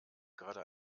gerade